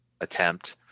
attempt